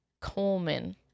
Coleman